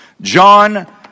John